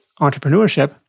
entrepreneurship